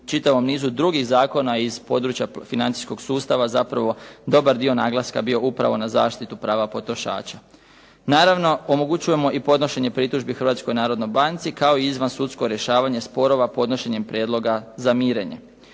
u čitavom nizu drugih zakona iz područja financijskog sustava zapravo dobar dio naglaska upravo bio na zaštitu prava potrošača. Naravno, omogućujemo i podnošenje pritužbi Hrvatskoj narodnoj banci kao i izvansudsko rješavanje sporova podnošenjem prijedloga za mirenje.